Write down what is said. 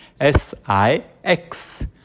S-I-X